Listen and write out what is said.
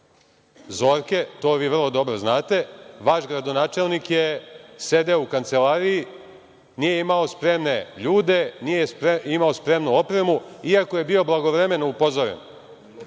„Zorke“, to vrlo dobro znate. Vaš gradonačelnik je sedeo u kancelariji. Nije imao spremne ljude, nije imao spremnu opremu iako je bio blagovremeno upozoren